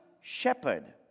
shepherd